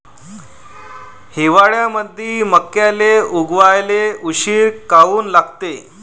हिवाळ्यामंदी मक्याले उगवाले उशीर काऊन लागते?